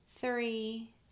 three